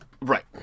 Right